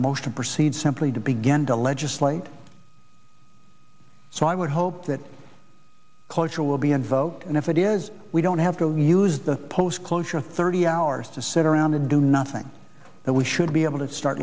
a motion proceed simply to begin to legislate so i would hope that cloture will be invoked and if it is we don't have to use the post closure thirty hours to sit around and do nothing that we should be able to start